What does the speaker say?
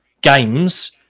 games